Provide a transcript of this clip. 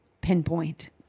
pinpoint